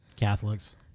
Catholics